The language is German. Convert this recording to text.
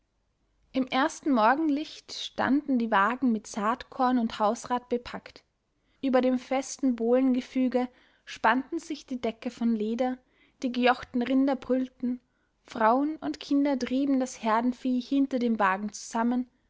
im ersten morgenlicht standen die wagen mit saatkorn und hausrat bepackt über dem festen bohlengefüge spannte sich die decke von leder die gejochten rinder brüllten frauen und kinder trieben das herdenvieh hinter dem wagen zusammen